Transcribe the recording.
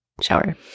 shower